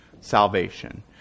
salvation